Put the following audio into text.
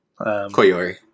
Koyori